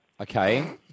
Okay